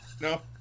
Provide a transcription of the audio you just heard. No